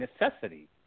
necessity